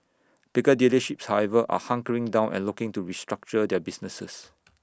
bigger dealerships however are hunkering down and looking to restructure their businesses